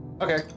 Okay